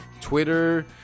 Twitter